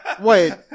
Wait